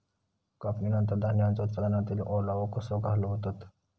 कापणीनंतर धान्यांचो उत्पादनातील ओलावो कसो घालवतत?